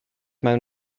mewn